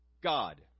God